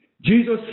Jesus